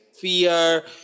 fear